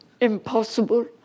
impossible